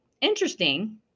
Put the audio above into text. interesting